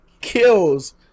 kills